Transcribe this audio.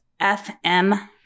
FM